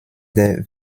der